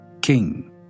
king